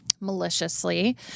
maliciously